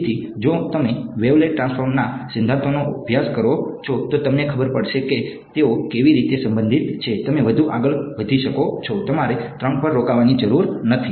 તેથી જો તમે વેવલેટ ટ્રાન્સફોર્મ્સના સિદ્ધાંતનો અભ્યાસ કરો છો તો તમને ખબર પડશે કે તેઓ કેવી રીતે સંબંધિત છે તમે વધુ આગળ વધી શકો છો તમારે 3 પર રોકવાની જરૂર નથી